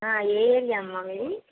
ఏ area అమ్మా మీది